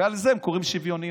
ולזה הם קוראים שוויוניות.